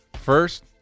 First